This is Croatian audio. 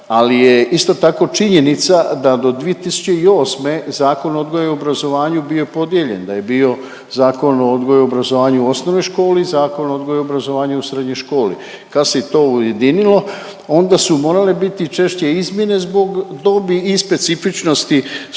ali je isto tako činjenica da do 2008. Zakon o odgoju i obrazovanju bio je podijeljen, da je bio Zakon o odgoju i obrazovanju u osnovnoj školi i Zakon o odgoju i obrazovanju u srednjoj školi. Kad se to ujedinilo onda su morale biti češće izmjene zbog dobi i specifičnosti,